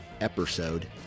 episode